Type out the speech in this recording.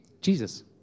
Jesus